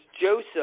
Joseph